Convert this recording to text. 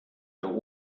der